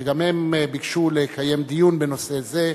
שגם הם ביקשו לקיים דיון בנושא זה.